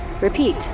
Repeat